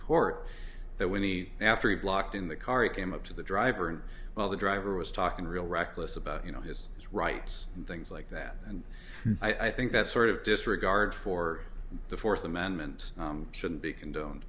court that winnie after he blocked in the car it came up to the driver and well the driver was talking real reckless about you know his rights and things like that and i think that sort of disregard for the fourth amendment shouldn't be condoned